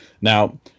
Now